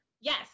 yes